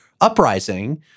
uprising